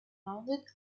rounded